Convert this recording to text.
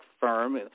firm